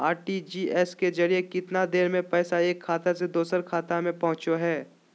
RTGS के जरिए कितना देर में पैसा एक खाता से दुसर खाता में पहुचो है?